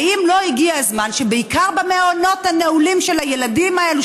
האם לא הגיע הזמן שבעיקר במעונות הנעולים של הילדים האלה,